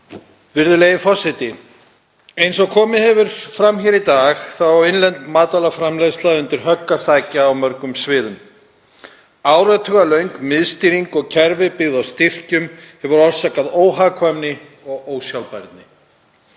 Virðulegi forseti. Eins og komið hefur fram í dag á innlend matvælaframleiðsla undir högg að sækja á mörgum sviðum. Áratugalöng miðstýring og kerfi byggt á styrkjum hefur orsakað óhagkvæmni og ósjálfbærni.